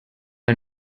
are